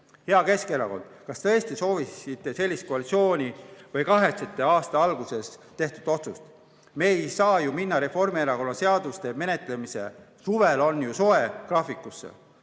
Hea Keskerakond! Kas te tõesti soovisite sellist koalitsiooni või kahetsete aasta alguses tehtud otsust? Me ei saa ju minna Reformierakonna seaduste menetlemise "suvel on ju soe" graafikusse.